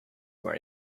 more